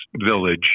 village